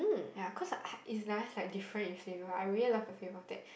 ya cause I it's nice like different in flavour I really love the flavour of that